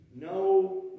no